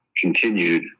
continued